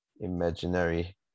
imaginary